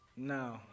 No